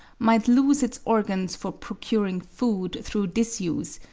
might lose its organs for procuring food through disuse,